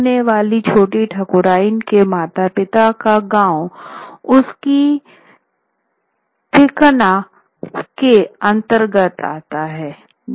होने वाली छोटी ठकुराइन के माता पिता का गांव उसकी थिखना के अंतर्गत आता है